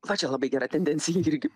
va čia labai gera tendencija irgi